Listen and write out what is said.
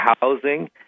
housing